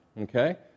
Okay